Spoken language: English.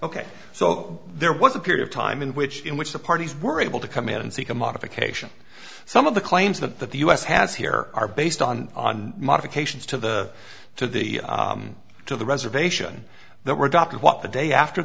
ok so there was a period of time in which in which the parties were able to come in and seek a modification some of the claims that the u s has here are based on modifications to the to the to the reservation that were gotten what the day after